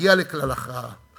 הגיע לכלל הכרעה,